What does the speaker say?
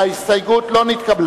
ההסתייגות של קבוצת